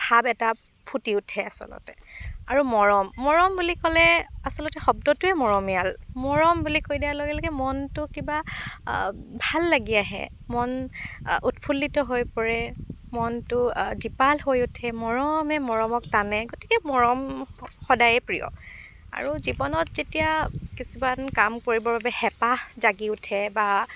ভাৱ এটা ফুটি উঠে আচলতে আৰু মৰম মৰম বুলি ক'লে আচলতে শব্দটোৱে মৰমীয়াল মৰম বুলি কৈ দিয়াৰ লগে লগে মনটো কিবা ভাল লাগি আহে মন উৎফুল্লিত হৈ পৰে মনটো জীপাল হৈ উঠে মৰমে মৰমক টানে গতিকে মৰম সদায়ে প্ৰিয় আৰু জীৱনত যেতিয়া কিছুমান কাম কৰিবৰ বাবে হেঁপাহ জাগি উঠে বা